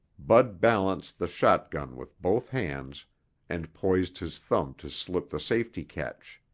bud balanced the shotgun with both hands and poised his thumb to slip the safety catch.